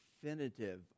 definitive